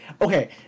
okay